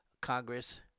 Congress